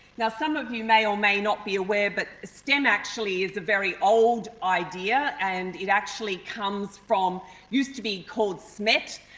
now, some of you may or may not be aware but stem actually is a very old idea and it actually comes from, it used to be called smet,